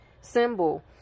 symbol